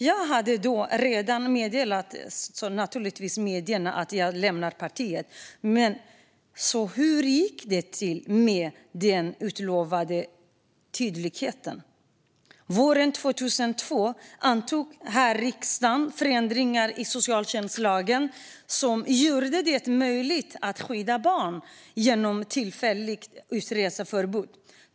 Jag hade naturligtvis då redan meddelat medierna att jag skulle lämna partiet. Så hur gick det med den utlovade tydligheten? Våren 2020 antog riksdagen förändringar i socialtjänstlagen som gjorde det möjligt att skydda barn genom tillfälligt utreseförbud.